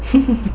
mmhmm